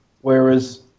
Whereas